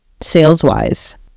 sales-wise